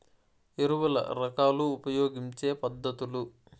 ఎరువుల రకాలు ఉపయోగించే పద్ధతులు?